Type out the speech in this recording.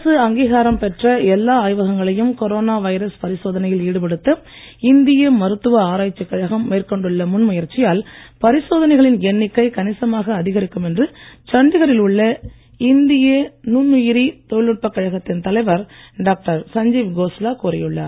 அரசு அங்கீகாரம் பெற்ற எல்லா ஆய்வகங்களையும் கொரோனா வைரஸ் பரிசோதனையில் ஈடுபடுத்த இந்திய மருத்துவ ஆராய்ச்சிக் கழகம் மேற்கொண்டுள்ள முன் முயற்சியால் பரிசோதனைகளின் எண்ணிக்கை கணிசமாக அதிகரிக்கும் என்று சண்டிகரில் உள்ள இந்திய நுண்ணுயிரி தொழில்நுட்பக் கழகத்தின் தலைவர் டாக்டர் சஞ்சீவ் கோஸ்லா கூறியுள்ளார்